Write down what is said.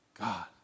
God